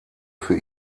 für